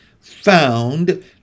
found